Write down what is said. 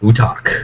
Utak